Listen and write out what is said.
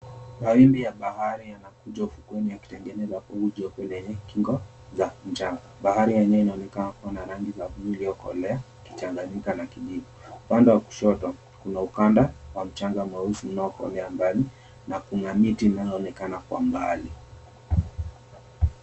Mawimbi ya bahari na yanakuja ufukweni yakitengeneza pofu jeupe lenye kingo na mchanga, bahari yenyewe inaonekana kuwa na rangi za buluu iiyokolea ikichanganyika na kijivu. Upande wa kushoto kuna ukanda wa mchanga mweusi unaokolea mbali na kuna miti inayoonekana kwa mbali.